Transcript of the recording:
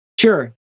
Sure